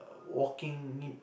walking